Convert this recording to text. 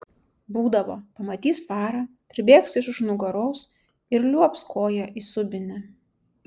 būdavo pamatys farą pribėgs iš už nugaros ir liuobs koja į subinę